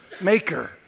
maker